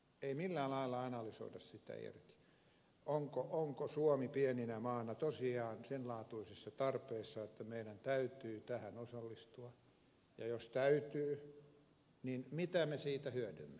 ei millään lailla analysoida sitä onko suomi pienenä maana tosiaan sen laatuisessa tarpeessa että meidän täytyy tähän osallistua ja jos täytyy niin mitä me siitä hyödymme